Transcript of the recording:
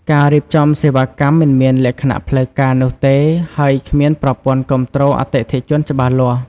ការរៀបចំសេវាកម្មមិនមានលក្ខណៈផ្លូវការនោះទេ ហើយគ្មានប្រព័ន្ធគាំទ្រអតិថិជនច្បាស់លាស់។